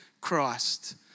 Christ